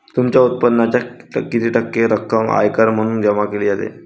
तुमच्या उत्पन्नाच्या किती टक्के रक्कम आयकर म्हणून जमा केली जाते?